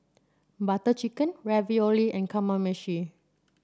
Butter Chicken Ravioli and Kamameshi